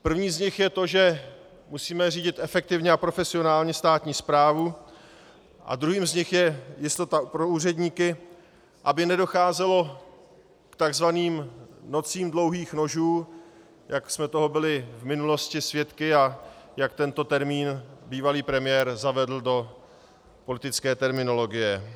První z nich je to, že musíme řídit efektivně a profesionálně státní správu, a druhým z nich je jistota pro úředníky, aby nedocházelo k tzv. nocím dlouhých nožů, jak jsme toho byli v minulosti svědky a jak tento termín bývalý premiér zavedl do politické terminologie.